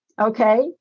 okay